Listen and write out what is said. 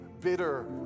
bitter